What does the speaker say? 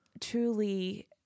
truly